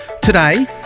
Today